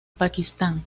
pakistán